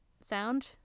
sound